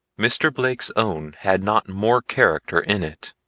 mr. blake's own had not more character in it.